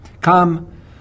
Come